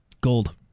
Gold